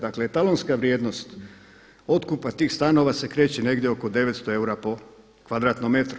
Dakle etalonska vrijednost otkupa tih stanova se kreće negdje oko 900 eura po kvadratnom metru.